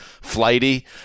flighty